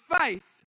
faith